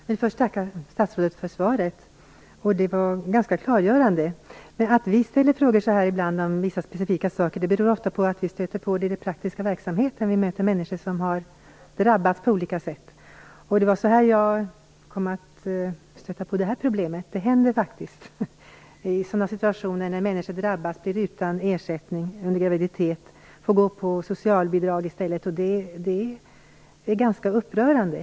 Herr talman! Jag vill tacka statsrådet för svaret. Det var ganska klargörande. Att vi ledamöter ibland ställer frågor om vissa specifika problem beror ofta på att vi stöter på dem när vi i den praktiska verksamheten möter människor som har drabbats på olika sätt. Det var så jag kom att stöta på det här problemet. Det finns faktiskt situationer när människor drabbas och blir utan ersättning under graviditet och får leva på socialbidrag i stället. Det är ganska upprörande.